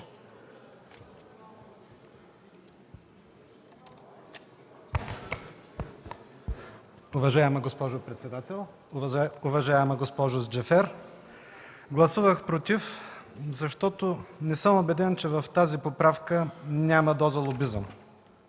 Уважаема госпожо председател, уважаема госпожо Джафер! Гласувах „против”, защото не съм убеден, че в тази поправка няма доза лобизъм.